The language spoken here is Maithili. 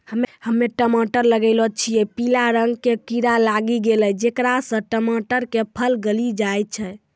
हम्मे टमाटर लगैलो छियै पीला रंग के कीड़ा लागी गैलै जेकरा से टमाटर के फल गली जाय छै?